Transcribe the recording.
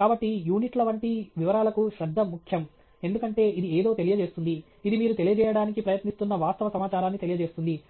కాబట్టి యూనిట్ల వంటి వివరాలకు శ్రద్ధ ముఖ్యం ఎందుకంటే ఇది ఏదో తెలియజేస్తుంది ఇది మీరు తెలియజేయడానికి ప్రయత్నిస్తున్న వాస్తవ సమాచారాన్ని తెలియజేస్తుంది